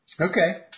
Okay